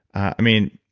i mean,